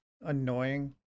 annoying